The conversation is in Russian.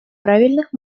правильных